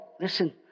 listen